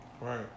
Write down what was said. Right